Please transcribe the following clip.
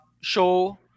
show